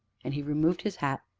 and he removed his hat,